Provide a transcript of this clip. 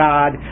God